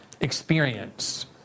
experience